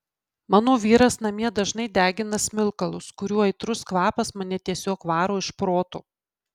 mano vyras namie dažnai degina smilkalus kurių aitrus kvapas mane tiesiog varo iš proto